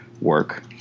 work